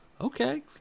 okay